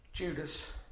Judas